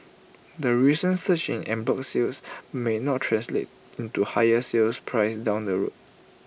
the recent surge in en bloc sales may not translate into higher sales prices down the road